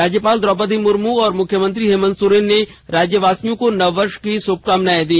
राज्यपाल द्रौपदी मुर्मू और मुख्यमंत्री हेमंत सोरेन ने राज्य वासियों को नववर्ष की ष्भकामनाएं दी